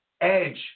Edge